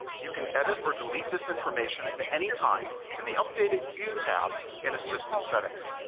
you can edit or delete this information and at any time in the updated you tab in assistant settings.